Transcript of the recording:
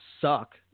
suck